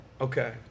Okay